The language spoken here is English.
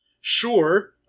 Sure